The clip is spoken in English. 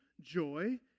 joy